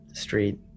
street